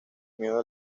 miedo